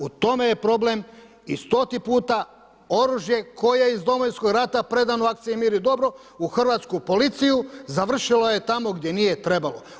U tome je problem i stoti puta, oružje koje iz Domovinskog rata predano u akciji „Mir i dobro“ u hrvatsku policiju, završilo je tamo gdje nije trebalo.